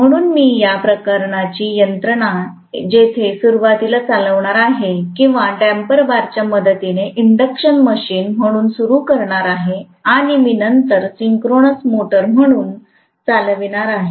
म्हणून मी या प्रकारची यंत्रणा जिथे सुरुवातीला चालवणार आहे किंवा डँपर बारच्या मदतीने इंडक्शन मशीन म्हणून सुरू करणार आहे आणि मी नंतर सिंक्रोनस मोटर म्हणून चालवणार आहे